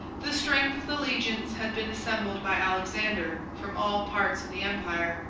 the strength of the legions had been assembled by alexander from all parts of the empire.